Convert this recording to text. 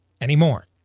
anymore